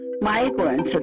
migrants